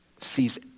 sees